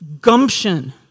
gumption